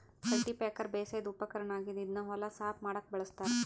cultipacker ಬೇಸಾಯದ್ ಉಪಕರ್ಣ್ ಆಗಿದ್ದ್ ಇದನ್ನ್ ಹೊಲ ಸಾಫ್ ಮಾಡಕ್ಕ್ ಬಳಸ್ತಾರ್